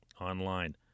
online